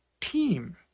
team